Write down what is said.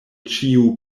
ĉiu